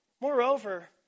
Moreover